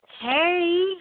Hey